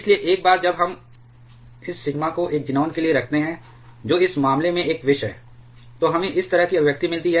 इसलिए एक बार जब हम इस सिग्मा को एक ज़ीनान के लिए रखते हैं जो इस मामले में एक विष है तो हमें इस तरह की अभिव्यक्ति मिलती है